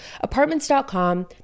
apartments.com